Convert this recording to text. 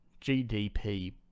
GDP